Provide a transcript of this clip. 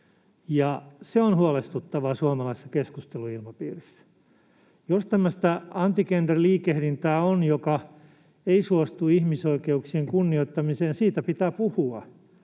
se on huolestuttavaa suomalaisessa keskusteluilmapiirissä. Jos tämmöistä anti-gender-liikehdintää on, joka ei suostu ihmisoikeuksien kunnioittamiseen, siitä pitää puhua,